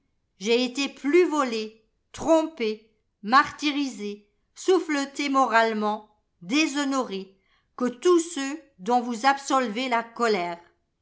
j'ai été plus volé trompé martyrisé souffleté moralement déshonoré que tous ceux dont vous absolvez la colère